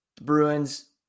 Bruins